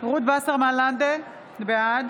רות וסרמן לנדה, בעד